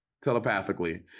telepathically